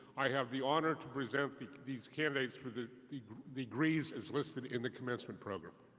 i have the honor to present these candidates for the the degrees as listed in the commencement program.